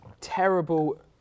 terrible